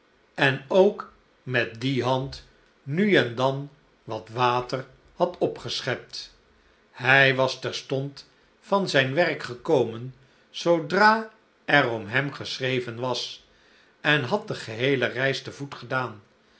en ook met die hand nu en dan wat water had opgeschept hij was terstond van zijn werk gekomen zoodra er om hem geschreven was en had de geheele reis te voet gedaan